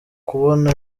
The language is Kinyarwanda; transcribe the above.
kubona